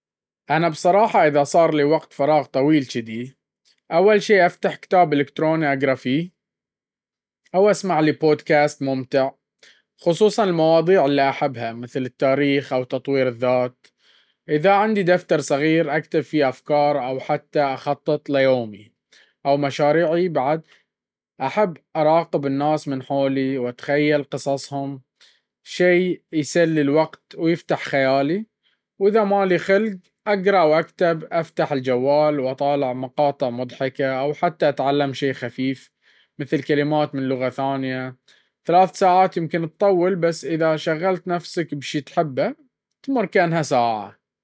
أنا بصراحة إذا صار لي وقت فراغ طويل جذي، أول شي أفتح كتاب إلكتروني أقرأ فيه، أو أسمع لي بودكاست ممتع، خصوصاً المواضيع اللي أحبها مثل التاريخ أو تطوير الذات. إذا عندي دفتر صغير، أكتب فيه أفكار أو حتى أخطط ليومي أو مشاريعي. بعد أحب أراقب الناس من حولي، وأتخيل قصصهم، شي يسلي الوقت ويفتح خيالي. وإذا ما لي خلق أقرأ أو أكتب، أفتح الجوال وأطالع مقاطع مضحكة أو حتى أتعلم شي خفيف، مثل كلمات من لغة ثانية. ثلاث ساعات يمكن تطول، بس إذا شغلت نفسك بشي تحبه، تمر كأنها ساعة..